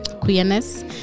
queerness